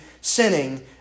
sinning